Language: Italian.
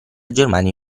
germania